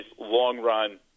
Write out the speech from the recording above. long-run